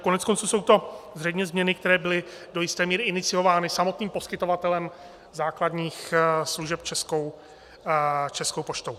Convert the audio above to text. Koneckonců jsou to zřejmě změny, které byly do jisté míry iniciovány samotným poskytovatelem základních služeb Českou poštou.